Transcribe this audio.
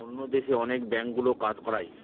অন্য দেশে অনেক ব্যাঙ্কগুলো কাজ করায়